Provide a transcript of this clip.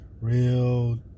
real